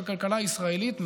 את הכלכלה הישראלית,